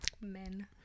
men